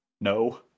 No